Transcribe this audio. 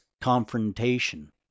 confrontation